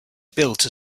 built